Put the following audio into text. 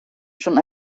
schon